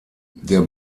der